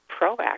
proactive